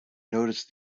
noticed